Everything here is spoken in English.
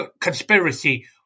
conspiracy